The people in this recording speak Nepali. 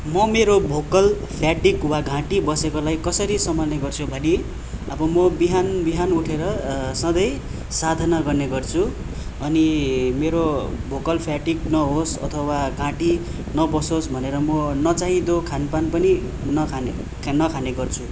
म मेरो भोकल फ्याटिक वा घाँटी बसेकोलाई कसरी सम्हाल्ने गर्छु भने अब म बिहान बिहान उठेर सधैँ साधना गर्ने गर्छु अनि मेरो भोकल फ्याटिक नहोस् अथवा घाँटी नबसोस् भनेर म नचाहिँदो खानपान पनि नखाने नखाने गर्छु